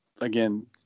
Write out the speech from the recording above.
again